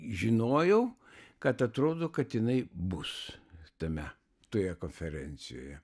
žinojau kad atrodo kad jinai bus tame toje konferencijoje